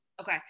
Okay